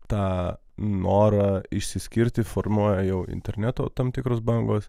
tą norą išsiskirti formuoja jau interneto tam tikros bangos